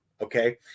okay